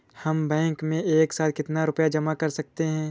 हम बैंक में एक साथ कितना रुपया जमा कर सकते हैं?